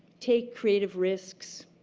take creative risks.